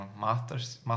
master's